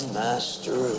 master